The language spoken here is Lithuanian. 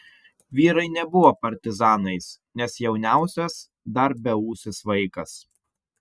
vyrai nebuvo partizanais nes jauniausias dar beūsis vaikas